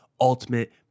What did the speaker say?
ultimate